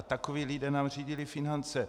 Takoví lidé nám řídili finance.